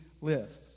live